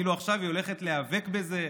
כאילו עכשיו היא הולכת להיאבק בזה,